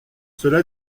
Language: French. cela